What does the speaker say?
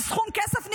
זה סכום כסף ניכר.